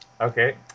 Okay